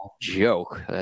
joke